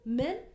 men